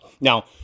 Now